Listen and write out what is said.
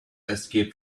escaped